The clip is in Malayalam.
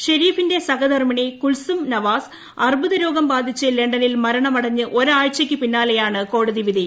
ഷെരീഫിന്റെ സഹധർമ്മിണി കുൽസും നവാസ് അർബുദരോഗം ബാധിച്ച് ലണ്ടനിൽ മരണമടഞ്ഞ് ഒരാഴ്ചയ്ക്ക് പിന്നാലെയാണ് കോടതിവിധി